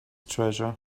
treasure